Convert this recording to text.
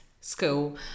school